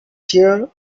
tear